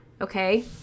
okay